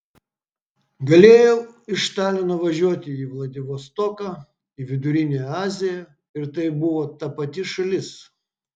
galėjau iš talino važiuoti į vladivostoką į vidurinę aziją ir tai buvo ta pati šalis